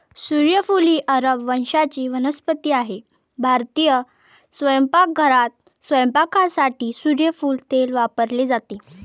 सूर्यफूल ही अरब वंशाची वनस्पती आहे भारतीय स्वयंपाकघरात स्वयंपाकासाठी सूर्यफूल तेल वापरले जाते